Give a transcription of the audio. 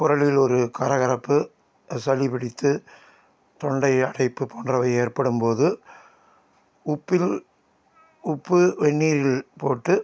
குரலில் ஒரு கரகரப்பு சளி பிடித்து தொண்டை அடைப்பு போன்றவை ஏற்படும்போது உப்பில் உப்பு வெந்நீரில் போட்டு